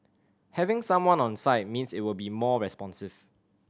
having someone on site means it will be more responsive